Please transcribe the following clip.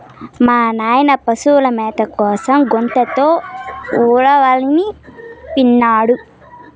మా నాయన పశుల మేత కోసం గోతంతో ఉలవనిపినాడు